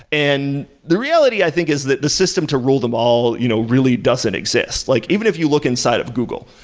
and the reality i think is that the system to rule them all you know really doesn't exist, like even if you look inside of google,